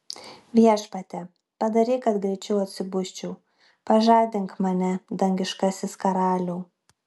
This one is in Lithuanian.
viešpatie padaryk kad greičiau atsibusčiau pažadink mane dangiškasis karaliau